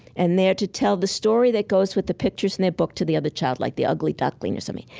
and they're to tell the story that goes with the pictures in their book to the other child, like the ugly duckling or something.